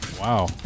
Wow